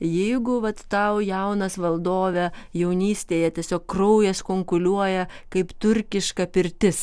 jeigu vat tau jaunas valdove jaunystėje tiesiog kraujas kunkuliuoja kaip turkiška pirtis